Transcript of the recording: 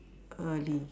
early